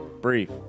Brief